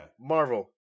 Marvel